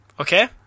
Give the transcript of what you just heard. Okay